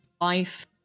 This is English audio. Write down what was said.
life